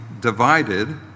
divided